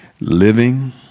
Living